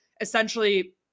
essentially